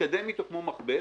מתקדם אתו כמו מכבש,